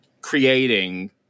creating